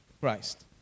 Christ